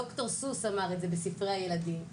ד"ר סוס אמר את זה בספרי הילדים,